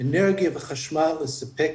אנרגיה וחשמל לספק